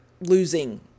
losing